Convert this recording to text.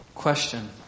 Question